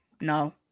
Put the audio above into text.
No